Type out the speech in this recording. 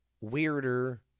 Weirder